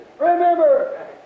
Remember